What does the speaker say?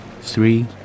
three